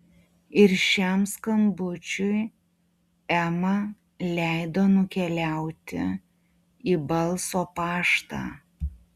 ir šiam skambučiui ema leido nukeliauti į balso paštą